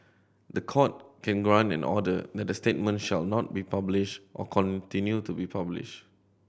the Court can grant in an order that the statement shall not be published or continue to be published